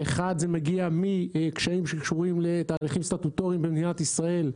אחד מגיע מקשיים שקשורים לתהליכים סטטוטוריים במדינת ישראל,